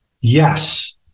Yes